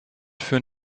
führen